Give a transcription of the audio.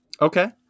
Okay